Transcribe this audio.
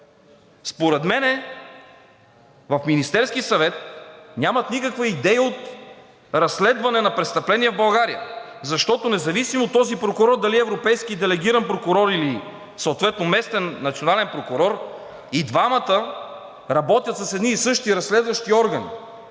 Според мен в Министерския съвет нямат никаква идея от разследване на престъпления в България, защото независимо този прокурор дали е европейски делегиран прокурор, или съответно местен национален прокурор, и двамата работят с едни и същи разследващи органи